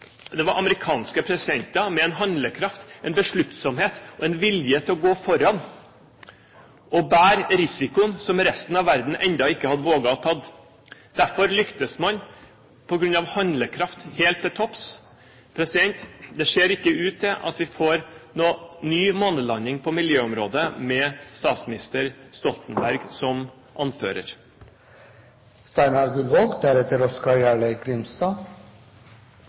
lyktes, var at amerikanske presidenter hadde handlekraft, besluttsomhet og vilje til å gå foran og bære risikoen som resten av verden ennå ikke hadde våget å ta. Derfor lyktes man, på grunn av handlekraft helt til topps. Det ser ikke ut til at vi får noen ny månelanding, på miljøområdet, med statsminister Stoltenberg som anfører.